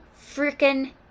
freaking